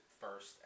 first